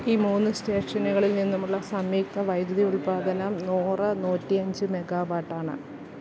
ഈ മൂന്ന് സ്റ്റേഷനുകളിൽ നിന്നുമുള്ള സംയുക്ത വൈദ്യുതി ഉൽപ്പാദനം നൂറ് നൂറ്റിയഞ്ച് മെഗാവാട്ട് ആണ്